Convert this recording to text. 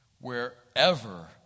wherever